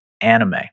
anime